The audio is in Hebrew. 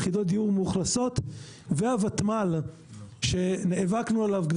יחידות דיור מאוכלסות והותמ"ל שנאבקנו עליו,